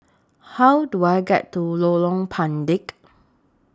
How Do I get to Lorong Pendek